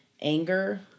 anger